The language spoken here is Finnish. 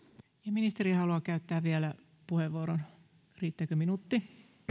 ministeri haluaa käyttää vielä puheenvuoron riittääkö minuutti